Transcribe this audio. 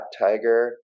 Tiger